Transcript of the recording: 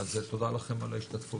תודה לכם על ההשתתפות.